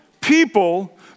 people